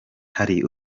hari